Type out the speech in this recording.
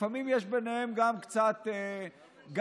שלפעמים יש ביניהם גם קצת ניגודים,